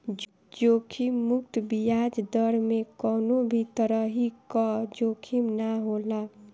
जोखिम मुक्त बियाज दर में कवनो भी तरही कअ जोखिम ना होला